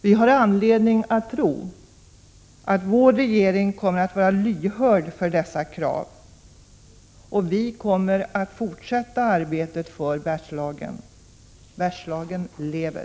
Vi har anledning att tro att vår regering kommer att vara lyhörd för dessa krav, och vi kommer att fortsätta arbetet för Bergslagen. Bergslagen lever.